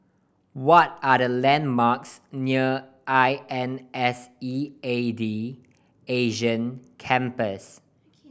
what are the landmarks near I N S E A D Asia Campus